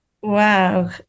Wow